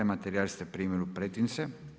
Materijal ste primili u pretince.